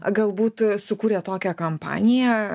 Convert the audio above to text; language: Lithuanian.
galbūt sukūrė tokią kampaniją